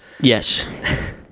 Yes